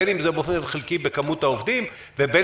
בין אם זה באופן חלקי בכמות העובדים ובין